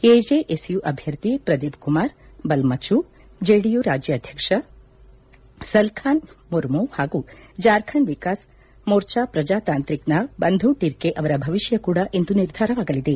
AJSU ಅಭ್ಯರ್ಥಿ Pradeep Kumar Balmuchu JD U ರಾಜ್ವಾಧ್ಯಕ್ಷ ಸಲ್ಖಾನ್ ಮುರ್ಮು ಹಾಗೂ ಜಾರ್ಖಂಡ್ ವಿಕಾಸ್ ಮೋರ್ಚಾ ಪ್ರಜಾತಾಂಕ್ರಿಕ್ನ ಬಂಧು ಟಿರ್ಕೆ ಅವರ ಭವಿಷ್ನ ಕೂಡ ಇಂದು ನಿರ್ಧಾರವಾಗಲಿದೆ